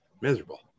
miserable